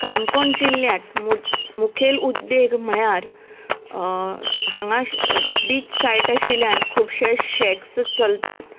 काणकोण जिल्ल्यांत मु मुखेल उद्देग म्हळ्यार हांगा बीच सायट आशिल्ल्यान खुबशें शेक्स चलतात